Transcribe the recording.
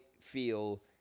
feel